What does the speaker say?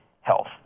health